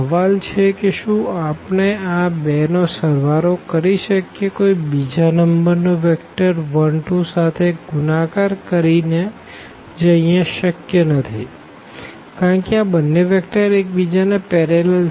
સવાલ એ છે કે શુ આપણે આ બે નો સળવાળો કરી શકીએ કોઈ બીજા નંબર નો vector 1 2 સાથે ગુણાકાર કરી ને જે અહિયાં શક્ય નથી કારણ કે આ બંને વેક્ટર એક બીજા ને પેરેલલ છે